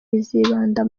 bizibanda